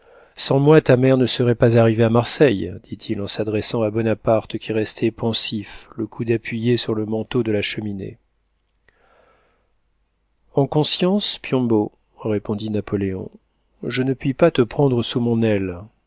sans moi ta mère ne serait pas arrivée à marseille dit-il en s'adressant à bonaparte qui restait pensif le coude appuyé sur le manteau de la cheminée en conscience piombo répondit napoléon je ne puis pas te prendre sous mon aile